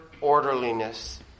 orderliness